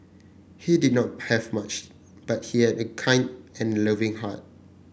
he did not have much but he had a kind and loving heart